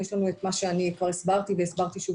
יש לנו את מה שאני הסברתי והסברתי שוב